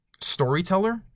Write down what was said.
storyteller